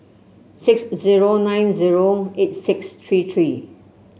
six zero nine zero eight six three three